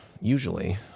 usually